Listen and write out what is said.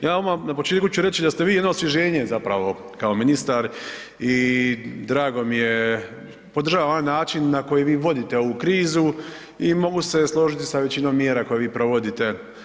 Ja odmah na početku ću reći da ste vi jedno osvježenje zapravo kao ministar i drago mi je, podržavam ovaj način na koji vi vodite ovu krizu i mogu se složiti sa većinom mjera koje vi provodite.